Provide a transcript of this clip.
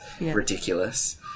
ridiculous